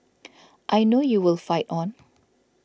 I know you will fight on